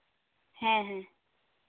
ᱦᱮᱸ ᱦᱮᱸ